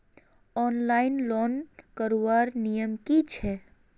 Online loan करवार नियम की छे?